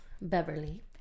beverly